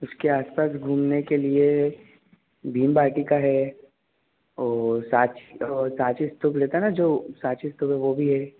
उसके आस पास घूमने के लिए भीम बाटिका है और सांची सांची स्तूप रहता है ना जो सांची स्तूप है वह भी हैं